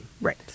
Right